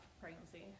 pregnancy